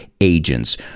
agents